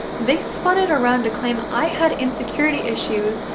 they spun it around to claim i had insecurity issues,